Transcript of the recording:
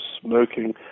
smoking